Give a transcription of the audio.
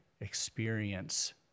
experience